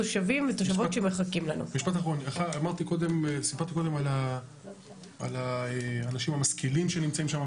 סיפרתי קודם על האנשים המשכילים שנמצאים שם,